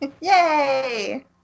yay